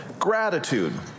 Gratitude